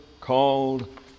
called